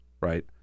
right